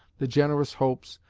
the generous hopes,